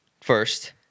first